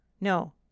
no